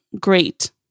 great